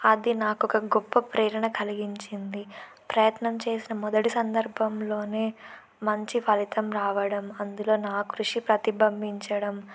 అది నాకు ఒకక గొప్ప ప్రేరణ కలిగించింది ప్రయత్నం చేసిన మొదటి సందర్భంలోనే మంచి ఫలితం రావడం అందులో నా కృషి ప్రతిబింబించడం